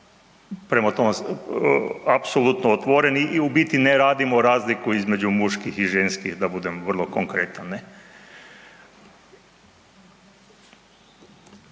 smo otvoreni apsolutno otvoreni i u biti ne radimo razliku između muških i ženskih da budem vrlo konkretan.